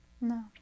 No